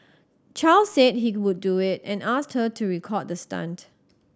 Chow said he would do it and asked her to record the stunt